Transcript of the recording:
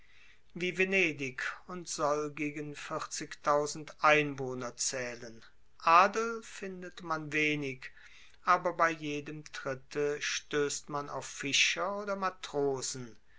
wie venedig und soll gegen vierzigtausend einwohner zählen adel findet man wenig aber bei jedem tritte stößt man auf fischer oder matrosen